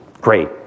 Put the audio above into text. great